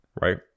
right